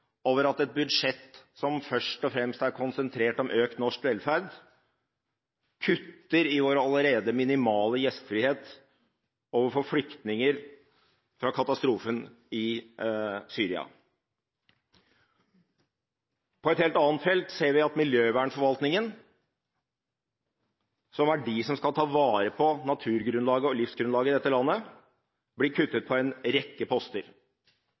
over at et budsjett som først og fremst er konsentrert om økt norsk velferd, kutter i vår allerede minimale gjestfrihet overfor flyktninger fra katastrofen i Syria. På et helt annet felt ser vi at miljøvernforvaltningen, som skal ta vare på naturgrunnlaget og livsgrunnlaget i dette landet, blir kuttet på en rekke poster.